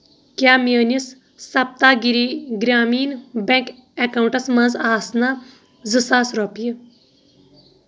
کیٛاہ میٲنِس سپتاگِری گری گرٛامیٖن بیٚنٛک اکاونٹَس منٛز آسنا زٕ ساس رۄپیہِ؟